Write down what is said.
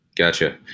Gotcha